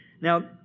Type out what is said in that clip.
Now